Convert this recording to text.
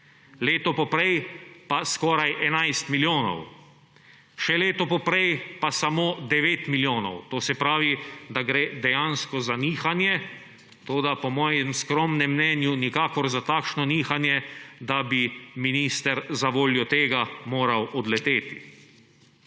leto poprej pa skoraj 11 milijonov, še leto poprej pa samo 9 milijonov. To se pravi, da gre dejansko za nihanje, toda po mojem skromnem mnenju nikakor za takšno nihanje, da bi minister zavoljo tega moral odleteti.